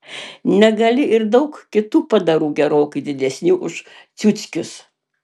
negali ir daug kitų padarų gerokai didesnių už ciuckius